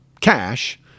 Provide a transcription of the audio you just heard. cash